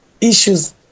issues